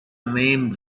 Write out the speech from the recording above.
name